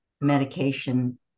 medication